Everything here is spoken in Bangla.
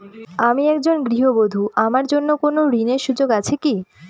আমি একজন গৃহবধূ আমার জন্য কোন ঋণের সুযোগ আছে কি?